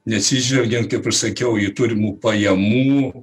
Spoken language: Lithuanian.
neatsižvelgiant kaip aš sakiau į turimų pajamų